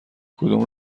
کدوم